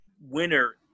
winner